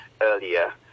earlier